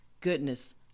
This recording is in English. Goodness